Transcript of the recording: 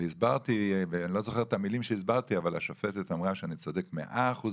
הסברתי והשופטת אמרה שאני צודק ב-100%